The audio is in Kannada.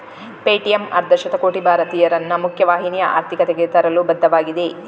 ಪೇಟಿಎಮ್ ಅರ್ಧ ಶತಕೋಟಿ ಭಾರತೀಯರನ್ನು ಮುಖ್ಯ ವಾಹಿನಿಯ ಆರ್ಥಿಕತೆಗೆ ತರಲು ಬದ್ಧವಾಗಿದೆ